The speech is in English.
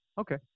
Okay